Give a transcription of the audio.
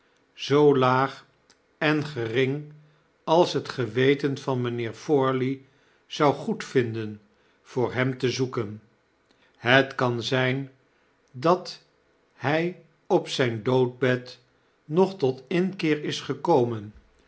zoo laag en gering als het geweten van mpheer forley zou goedvinden voor hem te zoeken het kan zijn dat hy op zp doodbed nog tot inkeer is gekomen